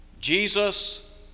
Jesus